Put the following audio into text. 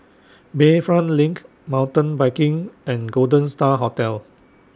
Bayfront LINK Mountain Biking and Golden STAR Hotel